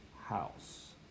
house